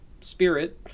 spirit